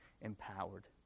empowered